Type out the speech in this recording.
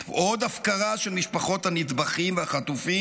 עוד הפקרה של משפחות הנטבחים והחטופים,